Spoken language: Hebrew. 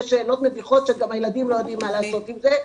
שאלות מביכות שגם הילדים לא יודעים מה לעשות עם זה,